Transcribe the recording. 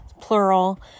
plural